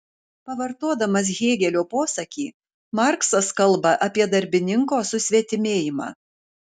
pavartodamas hėgelio posakį marksas kalba apie darbininko susvetimėjimą